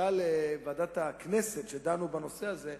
שם דנו בנושא הזה,